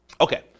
okay